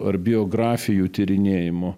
ar biografijų tyrinėjimo